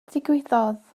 ddigwyddodd